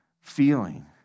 feeling